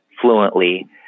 fluently